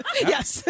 Yes